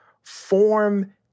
form